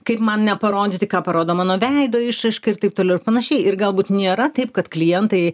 kaip man neparodyti ką parodo mano veido išraiška ir taip toliau ir panašiai ir galbūt nėra taip kad klientai